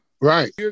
Right